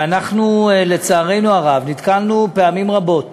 ואנחנו, לצערנו הרב, נתקלנו פעמים רבות,